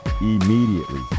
immediately